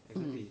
mm